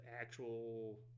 actual